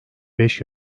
beş